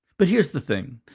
but, here's the thing,